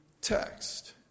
text